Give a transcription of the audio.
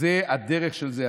זו הדרך של זה.